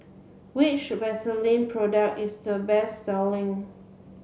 which Vaselin product is the best selling